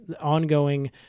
ongoing